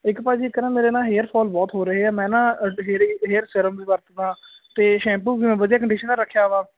ਇੱਕ ਭਾਅ ਜੀ ਇੱਕ ਨਾ ਮੇਰੇ ਨਾ ਹੇਅਰ ਫਾਲ ਬਹੁਤ ਹੋ ਰਹੇ ਆ ਮੈਂ ਨਾ ਹੇਅਰ ਸੀਰਮ ਦੀ ਵਰਤਦਾ ਤੇ ਸ਼ੈਂਪੂ ਵੀ ਮੈਂ ਵਧੀਆ ਕੰਡੀਸ਼ਨ ਰੱਖਿਆ ਵਾ